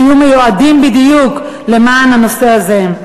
שיהיו מיועדים בדיוק למען הנושא הזה,